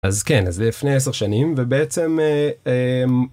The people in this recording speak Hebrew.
אז כן, אז זה לפני עשר שנים, ובעצם...אה..אממ..